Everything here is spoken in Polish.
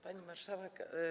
Pani Marszałek!